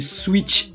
switch